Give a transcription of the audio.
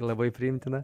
labai priimtina